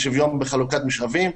בשוויון ובחלוקת משאבים,